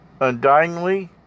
undyingly